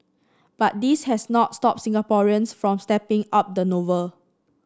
but this has not stopped Singaporeans from up the novel